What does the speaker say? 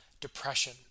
depression